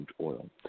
oil